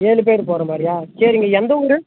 ஏழு பேர் போகற மாதிரியா சரிங்க எந்த ஊர்